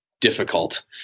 difficult